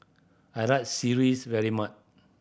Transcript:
I like sireh very much